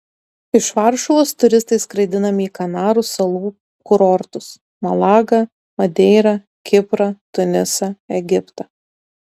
iš varšuvos turistai skraidinami į kanarų salų kurortus malagą madeirą kiprą tunisą egiptą